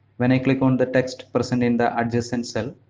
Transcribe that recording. when i click on the text present in the adjacent cell,